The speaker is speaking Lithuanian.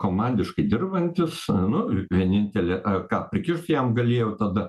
komandiškai dirbantis nu vienintelė ką prikišt jam galėjau tada